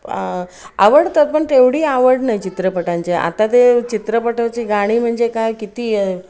आ आवडतात पण तेवढी आवड नाही चित्रपटांचे आता ते चित्रपटाची गाणी म्हणजे काय किती